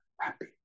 happy